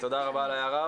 תודה רבה על ההערה.